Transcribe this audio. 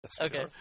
Okay